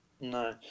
No